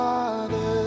Father